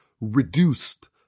reduced